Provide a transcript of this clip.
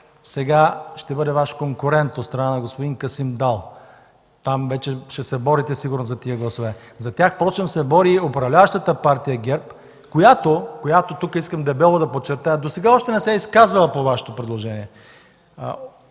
сега ще бъде Ваш конкурент, от страна на господин Касим Дал. Там вече ще се борите, сигурно, за тези гласове. За тях впрочем се бори и управляващата партия ГЕРБ, която, тук искам дебело да подчертая, досега още не се е изказала по Вашето предложение.